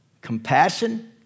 compassion